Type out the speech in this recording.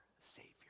Savior